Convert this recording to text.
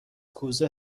کوزه